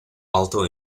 alto